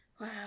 Wow